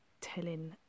telling